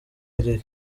iri